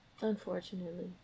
Unfortunately